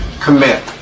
commit